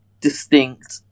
distinct